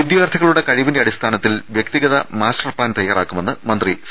വിദ്യാർഥികളുടെ കഴിവിന്റെ അടിസ്ഥാനത്തിൽ വ്യക്തിഗത മാസ്റ്റർ പ്ലാൻ തയാറാക്കുമെന്ന് മന്ത്രി സി